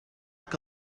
que